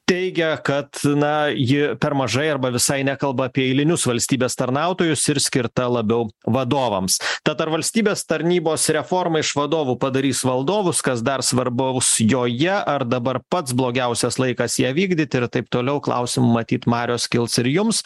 teigia kad na ji per mažai arba visai nekalba apie eilinius valstybės tarnautojus ir skirta labiau vadovams tad ar valstybės tarnybos reforma iš vadovų padarys valdovus kas dar svarbaus joje ar dabar pats blogiausias laikas ją vykdyti ir taip toliau klausimų matyt marios kils ir jums